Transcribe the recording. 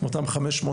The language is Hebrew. מאותם 550,